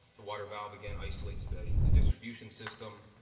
the water valve again isolates the the distribution system.